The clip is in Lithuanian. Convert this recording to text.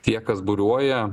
tie kas buriuoja